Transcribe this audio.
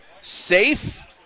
safe